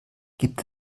gibt